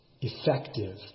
effective